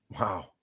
Wow